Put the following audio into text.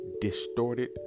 distorted